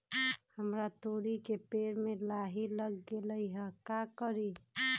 हमरा तोरी के पेड़ में लाही लग गेल है का करी?